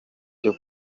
cyo